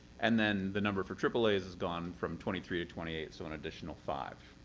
and then the number for aaas has gone from twenty three to twenty eight, so an additional five.